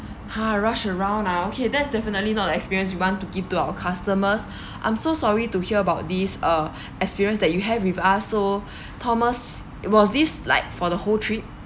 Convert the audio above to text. !huh! rush around ah okay that's definitely not the experience we want to give to our customers I'm so sorry to hear about this uh experience that you have with us so thomas was this like for the whole trip